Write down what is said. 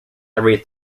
every